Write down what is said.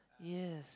yes